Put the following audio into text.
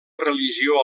religió